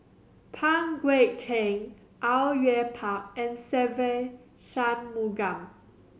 Pang Guek Cheng Au Yue Pak and Se Ve Shanmugam